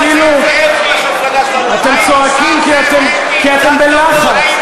אתם צועקים כי אתם בלחץ.